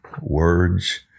Words